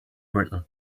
brittle